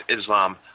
Islam